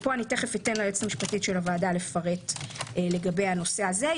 פה אתן ליועצת המשפטית של הוועדה לפרט לגבי הנושא הזה.